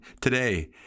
today